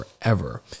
forever